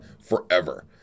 forever